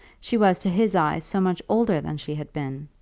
she was to his eyes so much older than she had been!